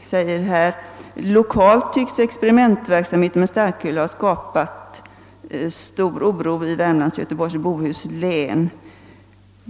följande: »Lokalt tycks experimentverksamheten med starköl ha skapat stor oro i Värmlands och Göteborgs och Bohus län.